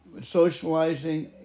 socializing